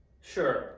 Sure